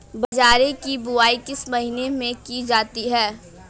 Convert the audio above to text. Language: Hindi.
बाजरे की बुवाई किस महीने में की जाती है?